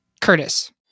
Curtis